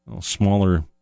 smaller